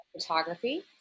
photography